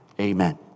Amen